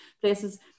places